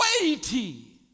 weighty